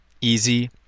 easy